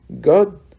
God